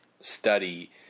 study